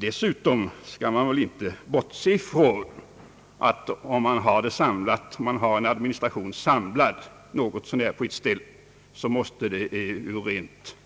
Dessutom skall man inte bortse från att om man har en organisation samlad något så när på ett ställe, måste det ur rent